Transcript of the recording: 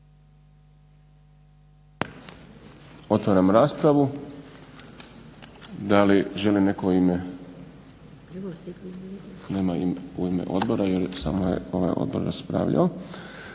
Otvaram raspravu. Da li želi netko u ime, nema u ime odbora jer samo je ovaj odbor raspravljao,